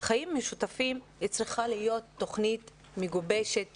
חיים משותפים צריכה להיות תוכנית מגובשת